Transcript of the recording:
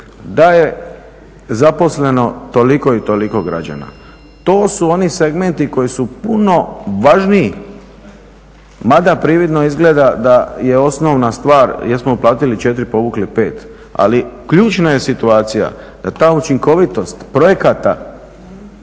da je zaposleno toliko i toliko građana. To su oni segmenti koji su puno važniji, mada prividno izgleda da je osnovna stvar jesmo platili 4 povukli 5, ali ključna je situacija da ta učinkovitost projekata